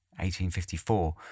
1854